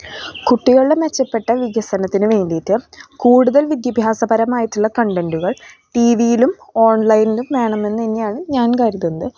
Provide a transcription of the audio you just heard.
കുട്ടികളുടെ മെച്ചപ്പെട്ട വികസനത്തിന് വേണ്ടിയിട്ട് കൂടുതൽ വിദ്യാഭ്യാസപരമായിട്ടുള്ള കണ്ടൻറ്റുകൾ ടി വിയിലും ഓൺലൈനിലും വേണമെന്ന് തന്നെയാണ് ഞാൻ കരുതുന്നത് പക്ഷേ